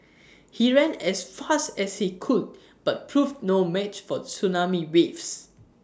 he ran as fast as he could but proved no match for the tsunami waves